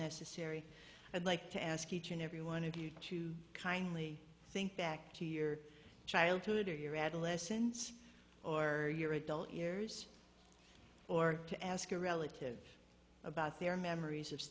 necessary i'd like to ask each and every one of you to kindly think back to your childhood or your adolescence or your adult years or to ask a relative about their memories of